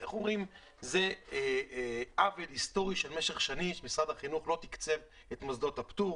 זה עוול היסטורי שנמשך שנים שמשרד החינוך לא תקצב את מוסדות הפטור.